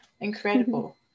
incredible